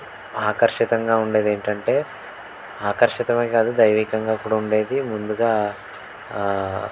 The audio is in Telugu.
ఆకర్షితంగా ఉండేదేంటంటే ఆకర్షితమే కాదు దైవికంగా కూడా ఉండేది ముందుగా